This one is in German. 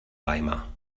weimar